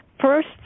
First